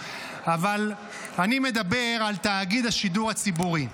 אבל אני מדבר על תאגיד השידור הציבורי.